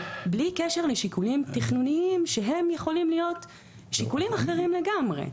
בלי קשר לשיקולים תכנוניים שהם יכולים להיות שיקולים אחרים לגמרי.